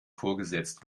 vorgesetzt